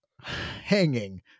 hanging